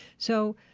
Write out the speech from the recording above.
so